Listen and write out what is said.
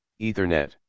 ethernet